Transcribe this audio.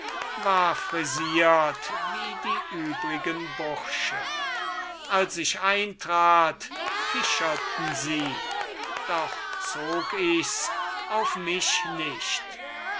war frisiert wie die übrigen bursche als ich eintrat kicherten sie doch zog ich's auf mich nicht